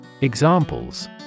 Examples